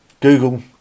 google